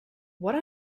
what